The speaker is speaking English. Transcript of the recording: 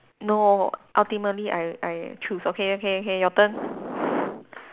no ultimately I I choose okay okay okay your turn